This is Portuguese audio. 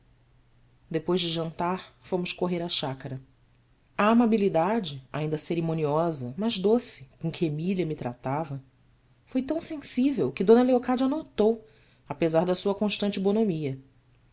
depois de jantar fomos correr a chácara a amabilidade ainda cerimoniosa mas doce com que emília me tratava foi tão sensível que d leocádia a notou apesar da sua constante bonomia h